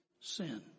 sin